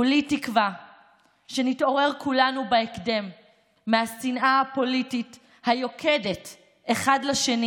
כולי תקווה שנתעורר כולנו בהקדם מהשנאה הפוליטית היוקדת אחד לשני